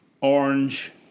orange